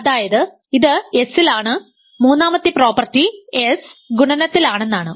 അതായത് ഇത് S ൽ ആണ് മൂന്നാമത്തെ പ്രോപ്പർട്ടി S ഗുണനത്തിൽ ആണെന്നാണ്